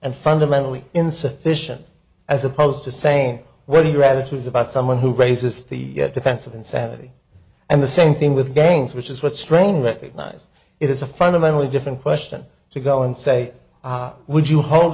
and fundamentally insufficient as opposed to same when the reality is about someone who raises the defense of insanity and the same thing with gangs which is what strain recognize it is a fundamentally different question to go and say would you hold